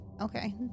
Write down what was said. Okay